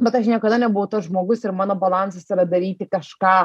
bet aš niekada nebuvau tas žmogus ir mano balansas yra daryti kažką